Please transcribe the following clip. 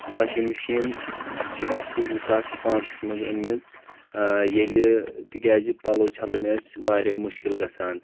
washing machine چھِ اَسہِ زِ ساس تہٕ پانژس منٛز أنمژ ییٚلہِ تہِ کیاز پلو چھلٕنۍ آس واریاہ مشکل گژھان